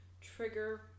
trigger